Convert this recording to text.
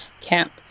camp